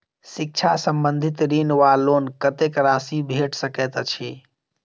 शिक्षा संबंधित ऋण वा लोन कत्तेक राशि भेट सकैत अछि?